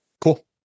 Cool